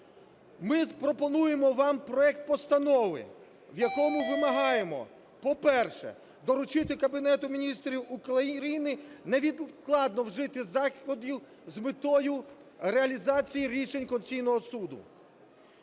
Ми пропонуємо вам проект постанови, в якому вимагаємо, по-перше, доручити Кабінету Міністрів України невідкладно вжити заходів з метою реалізації рішень Конституційного Суду.